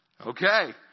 Okay